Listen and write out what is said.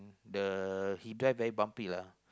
the he drive very bumpy lah